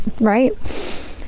right